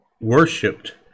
worshipped